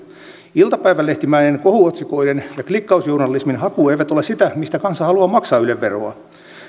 iltapäivälehtimäinen kohuotsikoiden ja klikkausjournalismin haku eivät ole sitä mistä kansa haluaa maksaa yle veroa